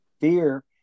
Fear